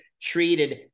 treated